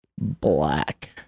black